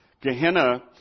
Gehenna